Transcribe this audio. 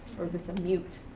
or is this a mute.